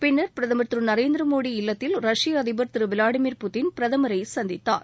பின்னர் பிரதமர் திரு நரேந்திர மோடி இல்லத்தில் ரஷ்ய அதிபர் திரு விளாடிமீர் புட்டின் பிரதமரை சந்தித்தார்